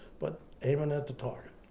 but aiming at the target.